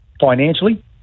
financially